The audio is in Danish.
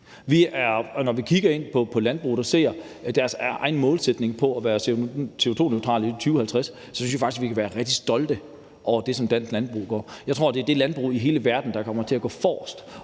Når vi kigger på landbruget og ser deres egen målsætning om at være CO2-neutral i 2050, synes jeg faktisk, vi kan være rigtig stolte over det, som dansk landbrug gør. Jeg tror, det er det landbrug i hele verden, der kommer til at gå længst